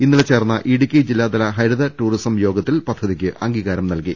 ഇന്നലെ ചേർന്ന ജില്ലാതല ഹരിത ടൂറിസം യോഗത്തിൽ പദ്ധതിക്ക് അംഗീകാരം നൽകി